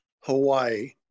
Hawaii